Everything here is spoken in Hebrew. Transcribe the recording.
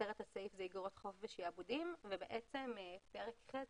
כותרת הסעיף היא אגרות חוב ושעבודים ובעצם פרק ח'